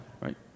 Right